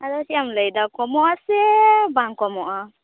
ᱟᱫᱚ ᱪᱮᱫᱼᱮᱢ ᱞᱟᱹᱭᱫᱟ ᱠᱚᱢᱚᱜᱼᱟ ᱥᱮ ᱵᱟᱝ ᱠᱚᱢᱚᱜᱼᱟ